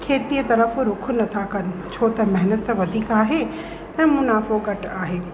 खेतीअ तरफ़ु रुख़ु नथा कनि छो त महिनत वधीक आहे ऐं मुनाफ़ो घटि आहे